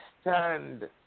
stand